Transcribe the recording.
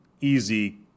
easy